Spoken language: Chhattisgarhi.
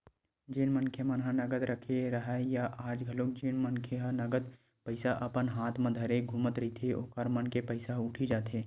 जेन मनखे मन ह नगद रखे राहय या आज घलोक जेन मन ह नगद पइसा अपन हात म धरे घूमत रहिथे ओखर मन के पइसा ह उठी जाथे